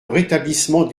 rétablissement